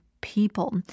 people